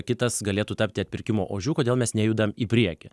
kitas galėtų tapti atpirkimo ožiu kodėl mes nejudam į priekį